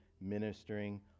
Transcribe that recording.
ministering